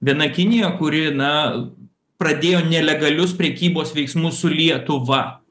viena kinija kuri na pradėjo nelegalius prekybos veiksmus su lietuva